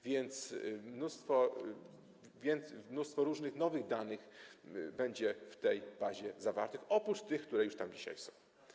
Więc mnóstwo różnych nowych danych będzie w tej bazie zawartych, oprócz tych, które już tam dzisiaj są.